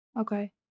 okay